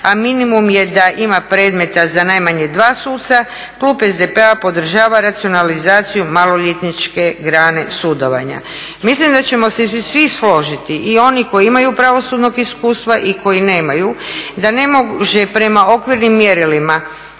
a minimum je da ima predmeta za najmanje dva suca, Klub SDP-a podržava racionalizaciju maloljetničke grane sudovanja. Mislim da ćemo se svi složiti i oni koji imaju pravosudnog iskustva i koji nemaju, da ne može prema okvirnim mjerilima